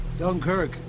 Dunkirk